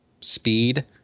speed